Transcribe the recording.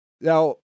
Now